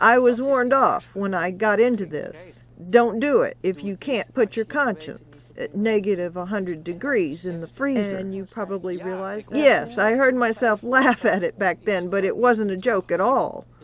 i was warned off when i got into this don't do it if you can't put your conscience negative one hundred degrees in the freezer and you probably realize yes i heard myself laugh at it back then but it wasn't a joke at all